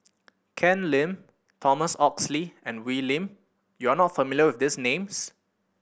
Ken Lim Thomas Oxley and Wee Lin you are not familiar with these names